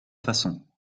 façon